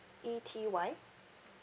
E T Y